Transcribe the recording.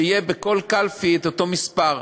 שיהיה בכל קלפי אותו מספר.